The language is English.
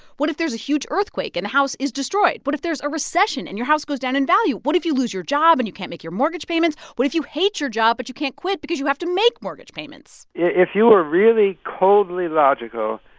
what if there's a huge earthquake and the house is destroyed? what if there's a recession and your house goes down in value? what if you lose your job and you can't make your mortgage payments? what if you hate your job but you can't quit because you have to make mortgage payments? if you are really coldly logical,